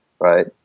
right